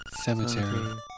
Cemetery